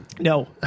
No